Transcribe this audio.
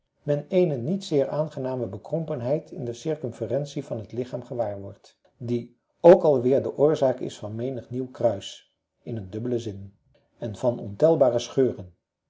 men eene niet zeer aangename bekrompenheid in de circumferentie van het lichaam gewaar wordt die ook al weer de oorzaak is van menig nieuw kruis in een dubbelen zin en van ontelbare scheuren